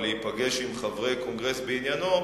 או להיפגש עם חברי קונגרס בעניינו,